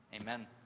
Amen